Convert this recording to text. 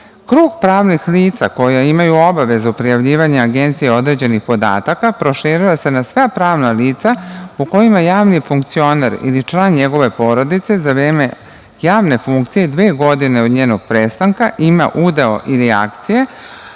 pravnih lica koja imaju obavezu prijavljivanja Agenciji određenih podataka proširuje se na sva pravna lica u kojima javni funkcioner ili član njegove porodice za vreme javne funkcije dve godine od njenog prestanka ima udeo ili akcije,